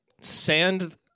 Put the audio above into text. sand